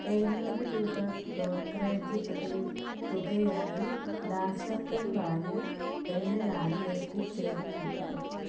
എഴുന്നൂറ് രൂപ ബ്രോക്കറേജ് തുകയും തുകയായി ദാസപ്പൻ വാര്യർ എന്നയാളിലേക്ക് ചേർക്കുക